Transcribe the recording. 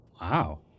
Wow